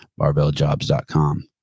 barbelljobs.com